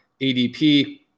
ADP